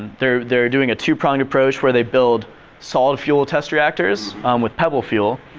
they're they're doing a two-pronged approach where they build solid fuel test reactors with pebble fuel,